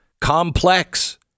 complex